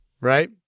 right